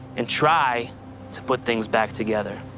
and try to put things back together.